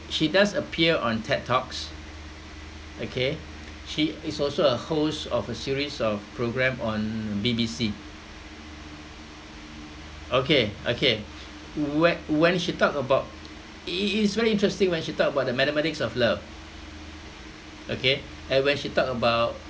she does appear on TED talks okay she is also a host of a series of programme on B_B_C okay okay when when she talk about i~ it's very interesting when she talk about the mathematics of love okay and when she talk about